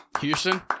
Houston